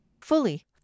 fully